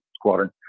squadron